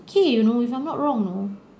k you know if I'm not wrong you know